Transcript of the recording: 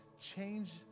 change